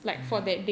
mm